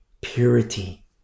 purity